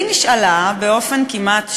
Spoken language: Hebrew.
היא נשאלה באופן כמעט,